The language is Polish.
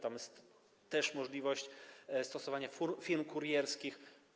Tam jest też możliwość stosowania firm kurierskich.